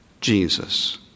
Jesus